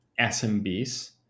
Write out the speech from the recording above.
SMBs